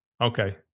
okay